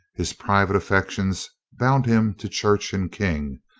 his private affections bound him to church and king,